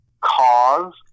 cause